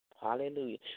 Hallelujah